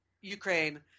Ukraine